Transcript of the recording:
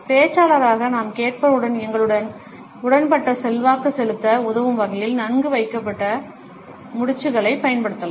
பேச்சாளராக நாம் கேட்பவர்களுடன் எங்களுடன் உடன்பட செல்வாக்கு செலுத்த உதவும் வகையில் நன்கு வைக்கப்பட்ட முடிச்சுகளைப் பயன்படுத்தலாம்